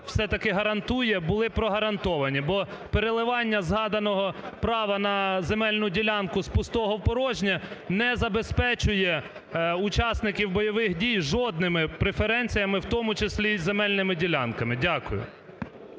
все-таки гарантує, були про гарантовані. Бо переливання згаданого права на земельну ділянку з пустого в порожнє не забезпечує учасників бойових дій жодними преференціями, у тому числі, і земельними ділянками. Дякую.